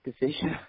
decision